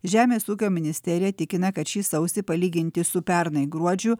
žemės ūkio ministerija tikina kad šį sausį palyginti su pernai gruodžiu